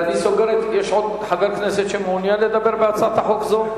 יש עוד חבר כנסת שמעוניין לדבר בהצעת חוק זו?